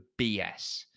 BS